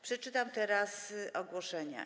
Przeczytam teraz ogłoszenia.